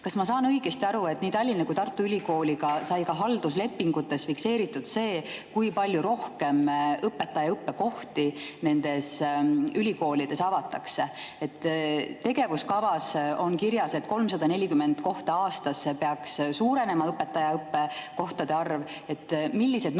Kas ma saan õigesti aru, et nii Tallinna kui ka Tartu ülikooliga sai ka halduslepingutes fikseeritud see, kui palju rohkem õpetaja õppekohti nendes ülikoolides avatakse? Tegevuskavas on kirjas, et 340 kohta aastas peaks suurenema õpetaja õppekohtade arv. Millised numbrid